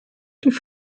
die